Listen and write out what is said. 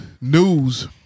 news